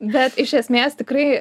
bet iš esmės tikrai